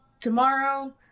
tomorrow